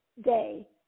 day